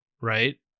right